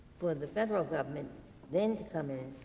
for the federal government then to come in